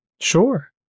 Sure